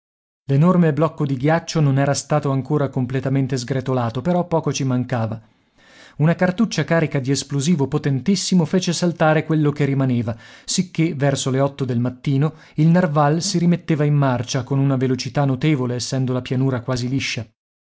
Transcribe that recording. l'enorme blocco di ghiaccio non era stato ancora completamente sgretolato però poco ci mancava una cartuccia carica di esplosivo potentissimo fece saltare quello che rimaneva sicché verso le otto del mattino il narval si rimetteva in marcia con una velocità notevole essendo la pianura quasi liscia